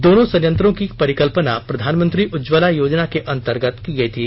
दोनों संयंत्रों की परिकल्पना प्रधानमंत्री उज्ज्वला योजना के अंतर्गत की गई थी